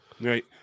Right